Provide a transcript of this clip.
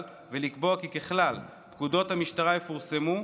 ולקבוע כי ככלל פקודות המשטרה יפורסמו,